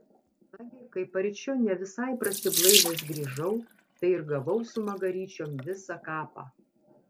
nagi kai paryčiu ne visai prasiblaivęs grįžau tai ir gavau su magaryčiom visą kapą